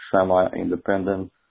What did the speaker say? semi-independent